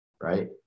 right